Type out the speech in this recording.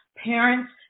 Parents